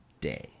day